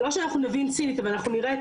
את באמת רוצה שאני ואת נעשה?